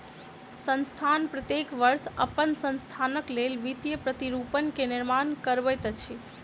संस्थान प्रत्येक वर्ष अपन संस्थानक लेल वित्तीय प्रतिरूपण के निर्माण करबैत अछि